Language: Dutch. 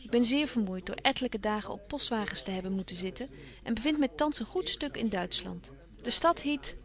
ik ben zeer vermoeit door ettelyke dagen op postwagens te hebben moeten zitten en bevind my thans een goed stuk in duitschland de stad hiet